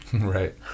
Right